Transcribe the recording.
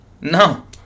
no